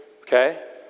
Okay